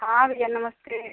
हाँ भैया नमस्ते